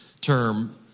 term